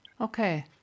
Okay